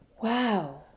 Wow